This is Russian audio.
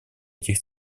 этих